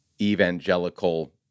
evangelical